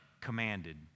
commanded